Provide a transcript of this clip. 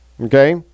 okay